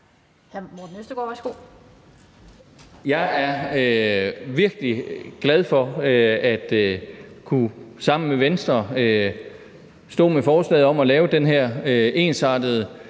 Jeg er virkelig glad for sammen med Venstre at kunne stå med forslaget om at lave den her ensartede